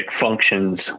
functions